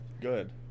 Good